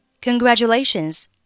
Congratulations